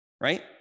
right